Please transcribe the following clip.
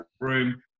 room